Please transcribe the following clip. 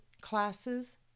classes